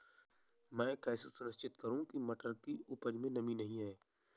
मैं कैसे सुनिश्चित करूँ की मटर की उपज में नमी नहीं है?